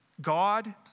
God